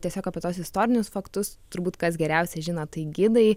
tiesiog apie tuos istorinius faktus turbūt kas geriausiai žino tai gidai